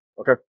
Okay